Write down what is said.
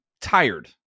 tired